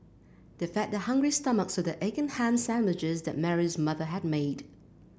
they fed their hungry stomachs with the egg and ham sandwiches that Mary's mother had made